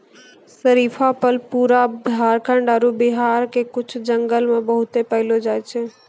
शरीफा फल पूरा झारखंड आरो बिहार के कुछ जंगल मॅ बहुत पैलो जाय छै